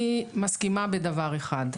אני מסכימה בדבר אחד.